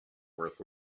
worth